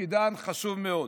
שתפקידן חשוב מאוד.